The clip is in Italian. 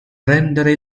prendere